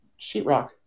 sheetrock